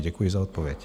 Děkuji za odpověď.